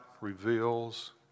reveals